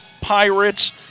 Pirates